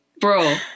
bro